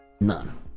None